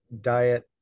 diet